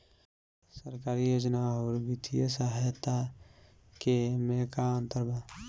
सरकारी योजना आउर वित्तीय सहायता के में का अंतर बा?